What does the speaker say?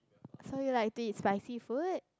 so you like to eat spicy food